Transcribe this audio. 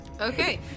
okay